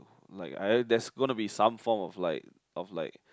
like I heard there's gonna be some form of like of like